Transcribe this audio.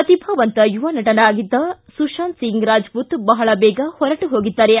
ಪ್ರತಿಭಾವಂತ ಯುವನಟರಾಗಿದ್ದ ಸುತಾಂತ್ ಒಂಗ್ ರಾಜಪೂತ್ ಬಹಳ ಬೇಗ ಹೊರಟು ಹೋಗಿದ್ದಾರೆ